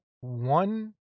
one